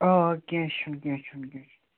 آ کیٚنٛہہ چھُنہٕ کیٚنٛہہ چھُنہٕ کیٚنٛہہ چھُنہٕ